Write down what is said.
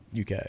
UK